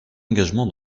engagement